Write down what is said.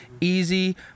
Easy